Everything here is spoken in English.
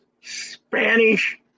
spanish